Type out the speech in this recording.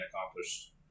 accomplished